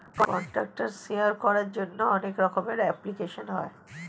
contact share করার জন্য অনেক ধরনের অ্যাপ্লিকেশন হয়